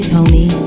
Tony